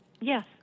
Yes